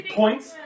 points